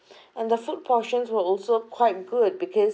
and the food portions were also quite good because